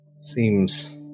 Seems